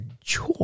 joy